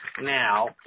now